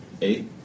Eight